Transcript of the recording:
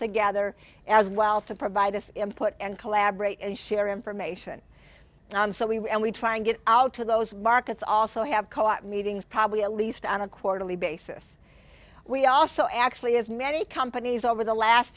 together as well to provide us put and collaborate and share information and i'm so we're and we try to get out to those markets also have co op meetings probably at least on a quarterly basis we also actually as many companies over the last